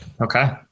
Okay